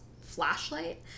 flashlight